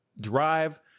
drive